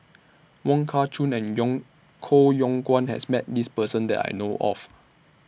Wong Kah Chun and Yong Koh Yong Guan has Met This Person that I know of